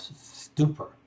stupor